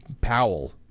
Powell